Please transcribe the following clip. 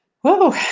Whoa